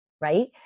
right